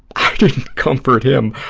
i didn't comfort him.